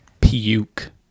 Puke